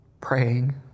praying